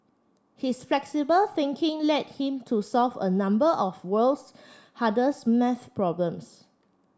his flexible thinking led him to solve a number of world's hardest maths problems